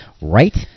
right